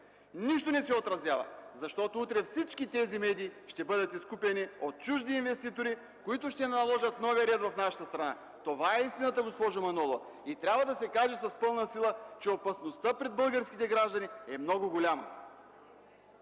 нищо не се отразява. Защото утре всички тези медии ще бъдат изкупени от чужди инвеститори, които ще наложат новия ред в нашата страна. Това е истината, госпожо Манолова! Трябва да се каже с пълна сила, че опасността пред българските граждани е много голяма.